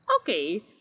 okay